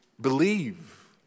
believe